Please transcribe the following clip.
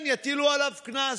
אז כן יטילו עליו קנס,